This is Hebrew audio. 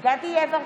דסטה גדי יברקן,